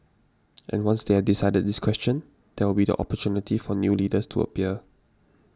and once they have decided this question there will be the opportunity for new leaders to appear